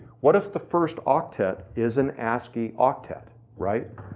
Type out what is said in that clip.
what if the first octet is an ascii octet? right.